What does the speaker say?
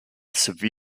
severe